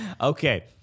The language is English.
Okay